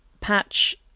patch